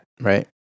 Right